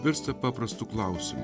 virsta paprastu klausimu